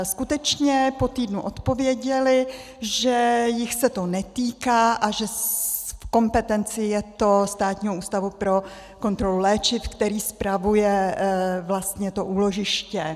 Skutečně po týdnu odpověděli, že jich se to netýká a že v kompetenci je to Státního ústavu pro kontrolu léčiv, který spravuje úložiště.